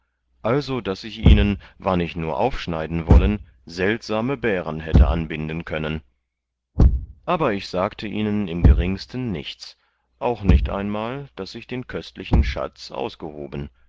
also daß ich ihnen wann ich nur aufschneiden wollen seltsame bären hätte anbinden können aber ich sagte ihnen im geringsten nichts auch nicht ein mal daß ich den köstlichen schatz ausgehoben